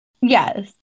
Yes